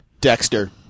Dexter